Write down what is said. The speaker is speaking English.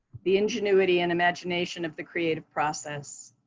the ingenuity and imagination of the creative process,